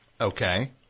Okay